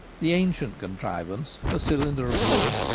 the ancient contrivance, a cylinder of wood,